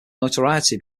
notoriety